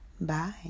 bye